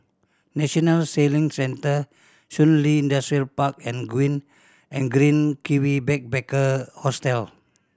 National Sailing Centre Shun Li Industrial Park and and Green Kiwi Backpacker Hostel